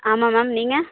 ஆமாம் மேம் நீங்கள்